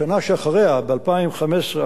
בשנה שאחריה, 2014,